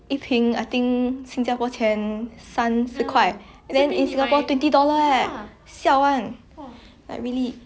!wah! like really orh have you watch any movies recently on your own leh